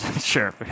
Sure